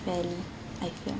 unfairly I felt